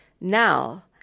Now